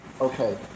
okay